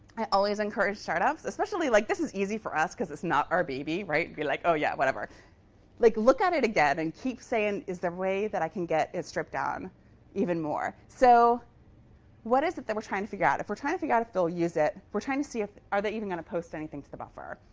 i always encourage startups especially like, this is easy for us, because it's not our baby. right? be like, oh, yeah whatever like look at it again, and keep saying is there a way that i can get it stripped down even more? so what is it we're trying to figure out? if we're trying to figure out if they'll use it, we're trying to see if are they even going to post anything to the bumper?